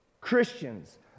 Christians